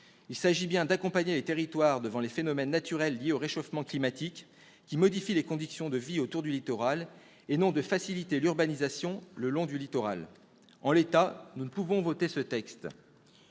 Il s'agit bien d'accompagner les territoires devant les phénomènes naturels liés au réchauffement climatique qui modifient les conditions de vie autour du littoral, et non de faciliter l'urbanisation le long du littoral. En l'état, nous ne pouvons voter ce texte.